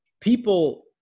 people